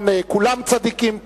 כולם צדיקים פה.